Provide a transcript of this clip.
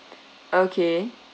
okay